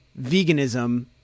veganism